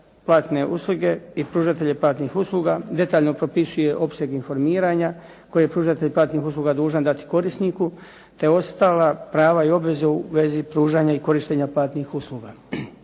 platne usluge i pružatelja platnih usluga, detaljno propisuje opseg informiranja koji je pružatelj platnih usluga dužan dati korisniku te ostala prava i obveze u vezi pružanja i korištenja platnih usluga.